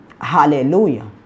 Hallelujah